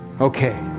okay